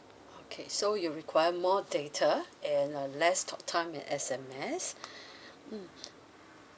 okay so you require more data and uh less talk time and S_M_S mm